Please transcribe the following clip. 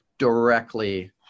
directly